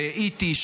ועל אי.טי.